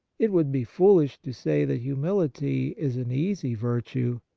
it would be foolish to say that humility is an easy virtue.